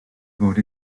fod